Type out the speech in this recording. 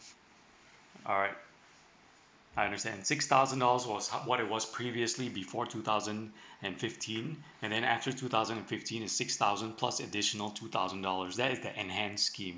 alright I understand six thousand dollars was ho~ what it was previously before two thousand and fifteen and then after two thousand and fifteen is six thousand plus additional two thousand dollars that is the enhanced scheme